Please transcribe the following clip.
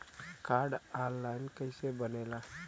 Card online कइसे बनेला?